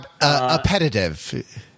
Appetitive